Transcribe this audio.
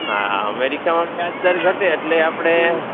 હા અમેરિકામાં વ્યાજ દર ઘટે એટલે આપણે